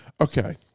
okay